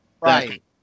Right